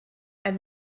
ein